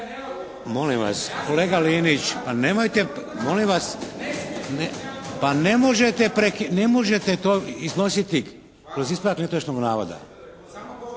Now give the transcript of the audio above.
ne čuje./… Kolega Linić nemojte, molim vas. Pa ne možete to iznositi kroz ispravak netočnog navoda.